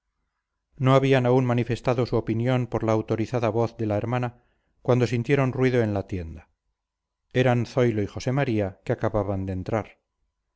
no habían aún manifestado su opinión por la autorizada voz de la hermana cuando sintieron ruido en la tienda eran zoilo y josé maría que acababan de entrar